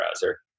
browser